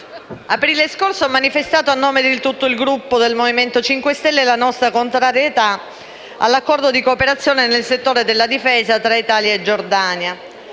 aprile ho manifestato, a nome di tutto il Gruppo del Movimento 5 Stelle, la nostra contrarietà all'Accordo di cooperazione nel settore della difesa tra Italia e Giordania,